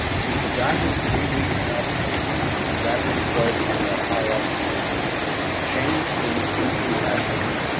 he forgot his three weeks' absence and the rapid growth in that high altitude the change seemed simply magical.